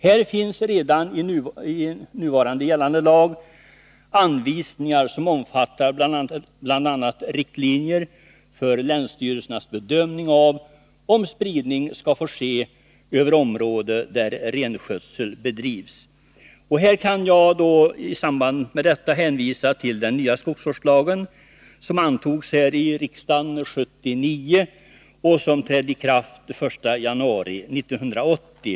Det finns redan i nu gällande lag anvisningar som omfattar bl.a. riktlinjer för länsstyrelsernas bedömning av om spridning skall få ske över område där renskötsel bedrivs. Här kan jag då hänvisa till den nya skogsvårdslagen, som antogs av riksdagen 1979 och som trädde i kraft den 1 januari 1980.